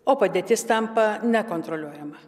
o padėtis tampa nekontroliuojama